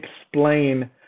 explain